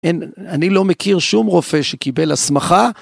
אני לא מכיר שום רופא שקיבל הסמכה.